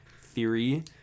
theory